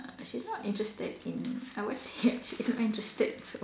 she is not interested in I would say she is not interested so